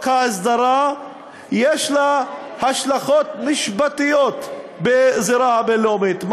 ההסדרה יש השלכות משפטיות בזירה הבין-לאומית.